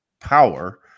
power